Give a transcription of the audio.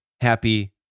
happy